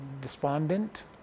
despondent